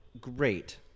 great